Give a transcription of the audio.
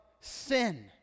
sin